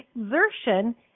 exertion